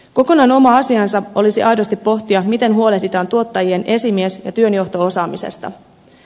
kokonaan oma asiansa olisi aidosti pohtia miten huolehditaan tuottajien esimies ja työnjohto osaamisesta